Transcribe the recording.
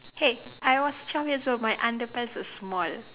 hey I was twelve years old my underpants was small